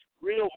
real